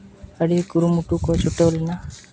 ᱟᱹᱰᱤ ᱠᱩᱨᱩᱢᱩᱴᱩ ᱠᱚ ᱪᱷᱩᱴᱟᱹᱣ ᱞᱮᱱᱟ